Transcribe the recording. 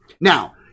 Now